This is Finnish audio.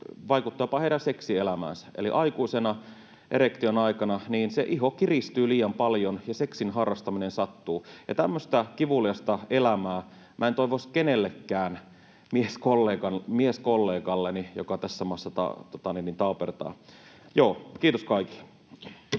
vaikuttaa jopa heidän seksielämäänsä. Eli aikuisena erektion aikana se iho kiristyy liian paljon ja seksin harrastaminen sattuu, ja tämmöistä kivuliasta elämää minä en toivoisi kenellekään mieskollegalleni, joka tässä maassa taapertaa. — Joo, kiitos kaikille.